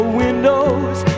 windows